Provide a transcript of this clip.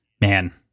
man